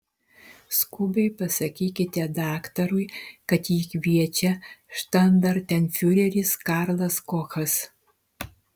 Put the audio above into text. skubiai pasakykite daktarui kad jį kviečia štandartenfiureris karlas kochas